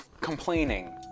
complaining